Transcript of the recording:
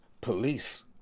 police